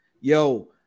Yo